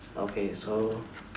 okay so